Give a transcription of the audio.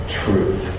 truth